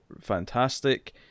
fantastic